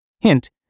Hint